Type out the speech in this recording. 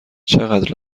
چقدر